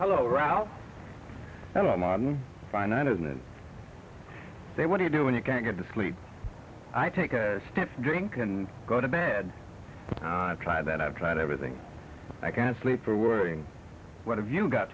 hello ralph finite isn't it say what you do when you can't get to sleep i take a step drink and go to bed i've tried that i've tried everything i can sleep for worrying what have you got